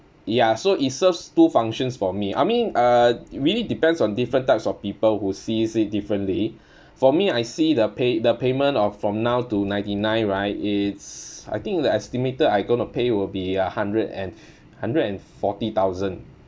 ya so it serves two functions for me I mean uh really depends on different types of people who sees it differently for me I see the pay~ the payment of from now to ninety nine right it's I think the estimated I gonna pay will be a hundred and hundred and forty thousand